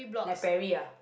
like Perry ah